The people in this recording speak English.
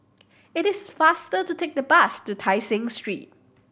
it is faster to take the bus to Tai Seng Street